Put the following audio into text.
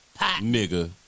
nigga